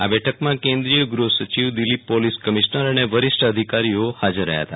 આ બઠકમાં કેન્દીય ગૃહસચિવ દિલ્હી પોલિસ કમિશ્નર અને વરિષ્ઠ અધિકારોઓ હાજર રહયા હતા